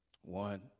one